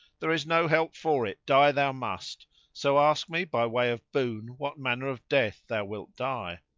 there is no help for it die thou must so ask me by way of boon what manner of death thou wilt die.